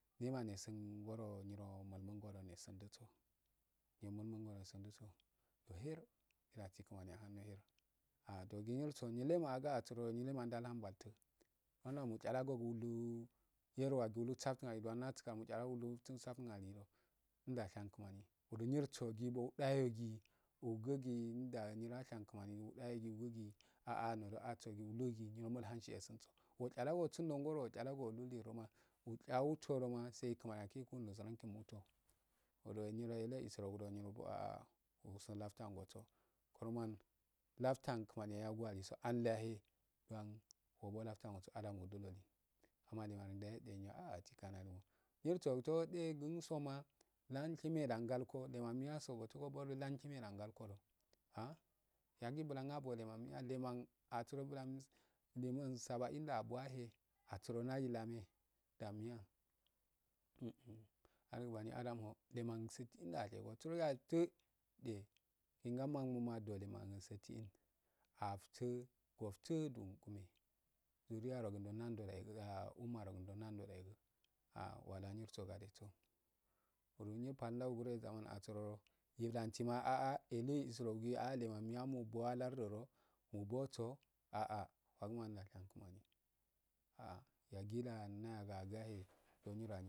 Nema nesun ngoro nyiro mulungorodu nesunduso go hair edasi kimani adomohair agundo nyirso giee nyillemandal hanbatu dwanda muja lagogee mulu yerwardo gulusa kun ukwanda sagun alido ndarhan yamani uhinyirosogi dadayogii ugudogee nyin ndashan kimani dayogiugigee aa ndado asogi ulugi nyirogi mu lhansi gusunso waja llago anndo ngoro wujalogo ohulirdomaukyagee gi utodo ma sai kimaniya gigee kundo siranki mutou oludo nyira nde isurogudo nyirogi aa muksun caffuangosu kumman laftuan kimani ayago aliso allahee dwan obolabtuanguso ada mudiloli kinaniyaro dayede nyio aa sikanadimo nyirsodo de gusoma knshimeda. ngalkoo lemanniya do goshegodu lamshine da nga koo ah yaggibukn abo leman miya anelman asuro bulan loman sabainda aboyere asurondayi lame da miya anlema asuro bulan loman sabainda aboyare asuurondayi lame da niya algu bani adam ho leman siftinda ashegosurogi atude linambo madu walemasitiin aftu woftu do ngu ne zuniyarugundo nando dayegua umarogundo ah wala nyirso asurao nyilansima aa eleisurogu ai aa leman miya mbuowa larardo mbubusu ah faguma nda sha kimani yaggida anahiagahe gonyiro.